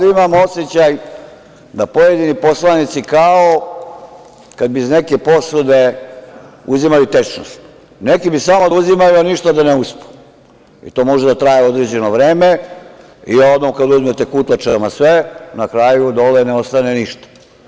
Imam osećaj da pojedini poslanici kao kada bi iz neke posude uzimali tečnost, neki bi samo da uzimaju a ništa da ne daju i to može da traje određeno vreme i onda kada uzmete kutlačama sve, na kraju dole ne ostane ništa.